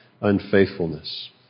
unfaithfulness